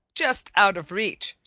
just out of reach,